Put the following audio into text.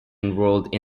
enrolled